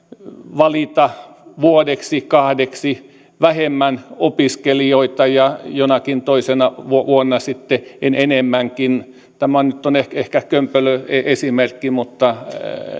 valita vuodeksi kahdeksi vähemmän opiskelijoita ja jonakin toisena vuonna sitten enemmänkin tämä nyt on ehkä ehkä kömpelö esimerkki mutta